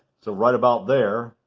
so, right about there.